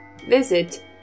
Visit